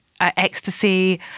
ecstasy